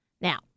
Now